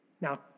Now